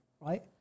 right